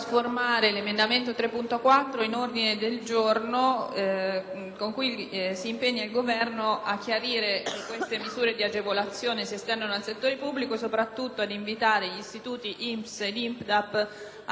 se le misure di agevolazione si estendono al settore pubblico e soprattutto ad invitare gli istituti INPS e INPDAP a emanare atti in cui informano gli enti pubblici delle Regioni Marche e Umbria